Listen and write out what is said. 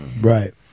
right